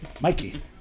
Mikey